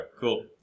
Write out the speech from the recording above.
Cool